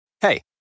Hey